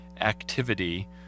activity